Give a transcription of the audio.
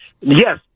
Yes